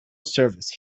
service